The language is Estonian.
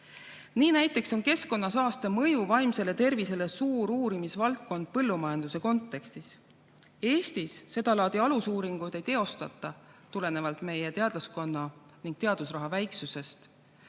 Nii näiteks on keskkonnasaaste mõju vaimsele tervisele suur uurimisvaldkond põllumajanduse kontekstis. Eestis sedalaadi alusuuringuid ei teostata tulenevalt meie teadlaskonna väiksusest ning teadusraha vähesusest.